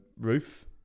roof